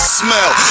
smell